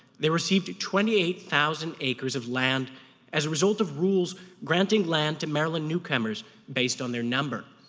they received twenty eight thousand acres of land as a result of rules granting land to maryland newcomers based on their number.